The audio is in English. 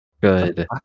Good